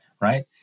right